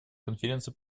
конференции